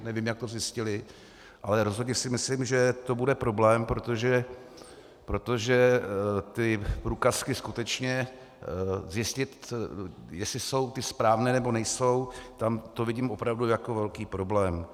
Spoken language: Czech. Nevím, jak to zjistili, ale rozhodně si myslím, že to bude problém, protože ty průkazky skutečně, zjistit, jestli jsou ty správné, nebo nejsou, to vidím opravdu jako velký problém.